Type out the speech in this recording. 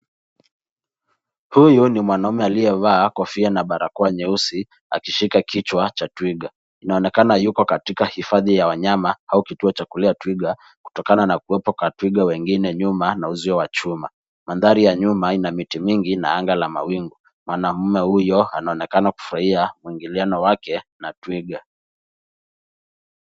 Huyu ni mwanaume aliyevaa kofia na barakoa nyeusi akishika kichwa cha twiga. Inaonekana yuko katika hifadhi ya wanyama au kituo cha kulea twiga kutokana na kuwepo kwa twiga wengine nyuma na uzio wa chuma. Mandhari ya nyuma ina miti mingi na anga la mawingu. Mwanaume huyo anaonekana kufurahia muingiliano wake na twiga.